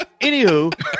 Anywho